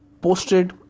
posted